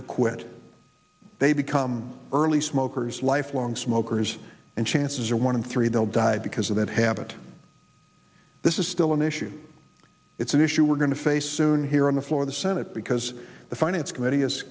to quit they become early smokers lifelong smokers and chances are one in three they'll die because of that habit this is still an issue it's an issue we're going to face soon here on the floor the senate because the finance committee